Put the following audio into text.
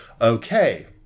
okay